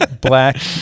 black